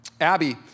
Abby